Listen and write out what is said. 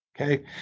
okay